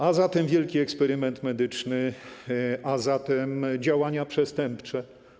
A zatem wielki eksperyment medyczny, a zatem działania przestępcze.